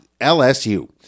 LSU